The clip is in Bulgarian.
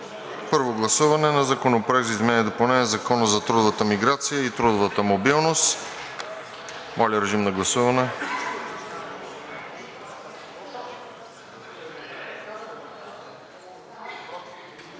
Първо гласуване на Законопроекта за изменение и допълнение на Закона за трудовата миграция и трудовата мобилност. Моля, режим на гласуване.